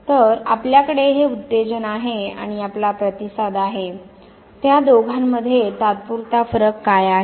तर आपल्याकडे हे उत्तेजन आहे आणि आपला प्रतिसाद आहे त्या दोघांमध्ये तात्पुरता फरक काय आहे